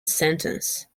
sentence